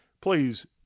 please